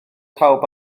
pawb